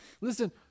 Listen